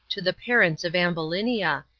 to the parents of ambulinia,